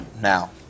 now